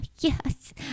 Yes